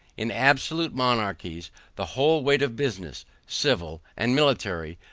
in absolute monarchies the whole weight of business, civil and military,